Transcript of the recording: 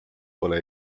pole